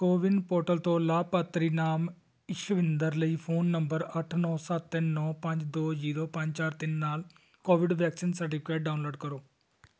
CoWIN portal ਤੋਂ ਲਾਭਪਾਤਰੀ ਨਾਮ ਇਸ਼ਵਿੰਦਰ ਲਈ ਫ਼ੋਨ ਨੰਬਰ ਅੱਠ ਨੌਂ ਸੱਤ ਤਿੰਨ ਨੌਂ ਪੰਜ ਦੋ ਜ਼ੀਰੋ ਪੰਜ ਚਾਰ ਤਿੰਨ ਨਾਲ ਕੋਵਿਡ ਵੈਕਸੀਨ ਸਰਟੀਫਿਕੇਟ ਡਾਊਨਲੋਡ ਕਰੋ